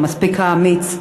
האמיץ מספיק,